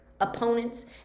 opponents